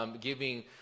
giving